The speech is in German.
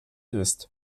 ist